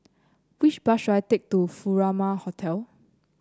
which bus should I take to Furama Hotel